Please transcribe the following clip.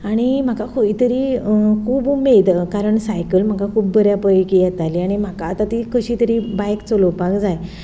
आनी म्हाका खंयतरी खूब उमेद कारण सायकल म्हाका खूब बऱ्या पैकी येताली आनी म्हाका आतां ती कशी तरी बायक चलोपाक जाय